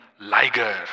Liger